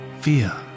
fear